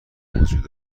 موجود